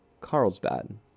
carlsbad